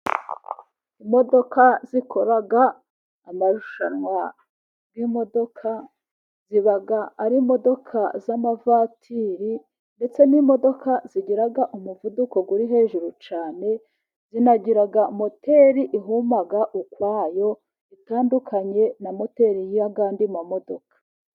Imodoka zikora amarushanwa y'imodoka, ziba arimodoka z'amavatiri, ndetse n'imodoka zigira umuvuduko uri hejuru cyane, zinagira moteri ihuma ukwayo, itandukanye na moteri yayandi mamodoka.